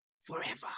Forever